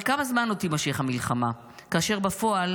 אבל כמה זמן עוד תימשך המלחמה, כאשר בפועל